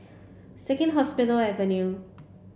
Second Hospital Avenue